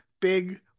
big